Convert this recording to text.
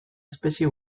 espezie